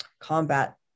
combat